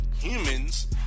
humans